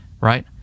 right